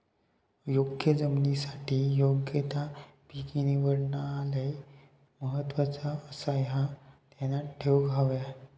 योग्य जमिनीसाठी योग्य ता पीक निवडणा लय महत्वाचा आसाह्या ध्यानात ठेवूक हव्या